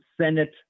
Senate